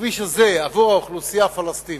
לכביש הזה עבור האוכלוסייה הפלסטינית,